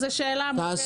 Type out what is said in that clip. זאת שאלה מורכבת.